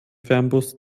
fernbus